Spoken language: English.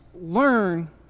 learn